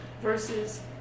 versus